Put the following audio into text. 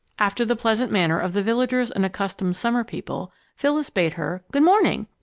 after the pleasant manner of the villagers and accustomed summer people, phyllis bade her good morning!